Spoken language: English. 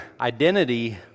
identity